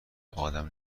ادم